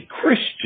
Christian